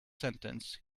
sentence